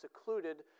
secluded